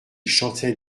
chantaient